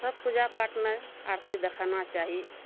सब पूजा पाठमे आरती देखाना चाही